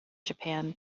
japan